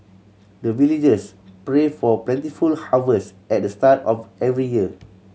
the villagers pray for plentiful harvest at the start of every year